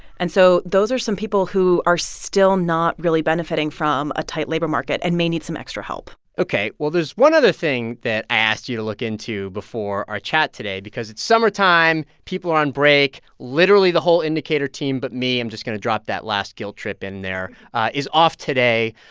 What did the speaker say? and so those are some people who are still not really benefiting from a tight labor market and may need some extra help ok. well, there's one other thing that i asked you to look into before our chat today because it's summertime. people are on break. literally the whole indicator team but me i'm just going to drop that last guilt trip in there is off today.